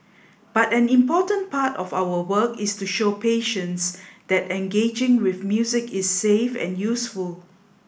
but an important part of our work is to show patients that engaging with music is safe and useful